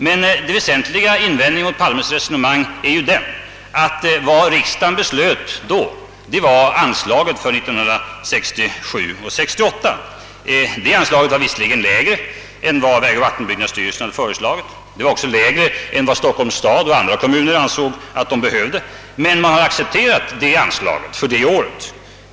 Men det riksdagen då beslutade om var anslagen för 1967/ 68. Detta anslag var lägre än vad vägoch vattenbyggnadsstyrelsen föreslagit. Det var också lägre än vad Stockholms stad och en del kommuner ansåg att de behövde, men anslaget för det året har accepterats.